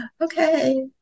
okay